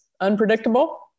unpredictable